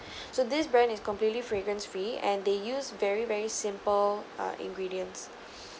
so this brand is completely fragrance free and they use very very simple uh ingredients